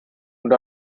und